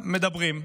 מדברים.